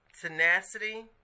tenacity